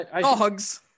Dogs